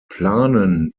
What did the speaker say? planen